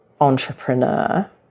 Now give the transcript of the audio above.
entrepreneur